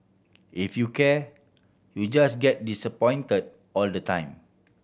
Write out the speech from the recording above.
if you care you just get disappoint all the time